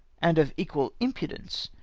and of equal impudence!